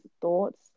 thoughts